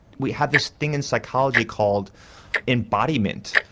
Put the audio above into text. we have this thing in psychology called embodiment,